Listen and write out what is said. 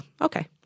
okay